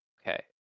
Okay